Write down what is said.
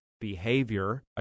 behavior